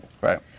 Right